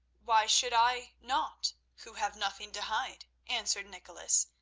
why should i not, who have nothing to hide? answered nicholas.